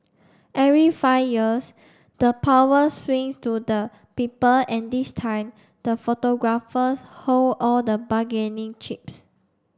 every five years the power swings to the people and this time the photographers hold all the bargaining chips